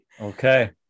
Okay